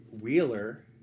Wheeler